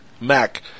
Mac